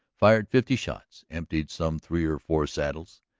fired fifty shots, emptied some three or four saddles,